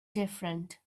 different